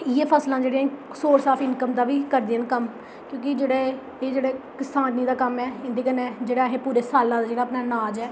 इ'यै फसलां जेह्ड़ियां न सोर्स आफ इन्कम दा बी करदियां न कम्म क्योंकि जेह्ड़ा एह् जेह्ड़ा किसानें दा कम्म ऐ इं'दे कन्नै जेह्ड़ा असें पूरे सालै दा जेह्ड़ा साढ़ा नाज़ ऐ